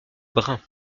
brun